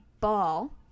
ball